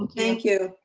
um thank you.